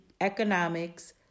economics